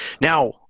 Now